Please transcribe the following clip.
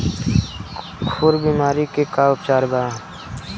खुर बीमारी के का उपचार बा?